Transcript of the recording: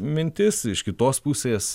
mintis iš kitos pusės